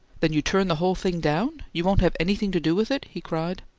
then you turn the whole thing down? you won't have anything to do with it? he cried,